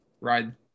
ride